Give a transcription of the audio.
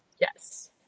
Yes